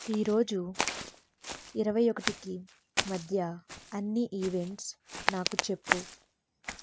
ఈ రోజు ఇరవై ఒకటికి మధ్య అన్ని ఈవెంట్స్ నాకు చెప్పు